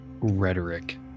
rhetoric